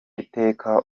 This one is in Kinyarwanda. iteka